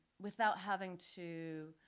without having to,